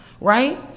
Right